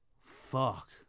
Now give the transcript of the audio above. fuck